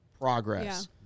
progress